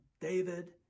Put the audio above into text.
David